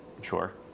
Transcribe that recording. sure